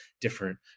different